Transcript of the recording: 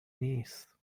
نیست